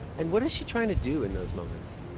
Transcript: and what is she trying to do in those moments?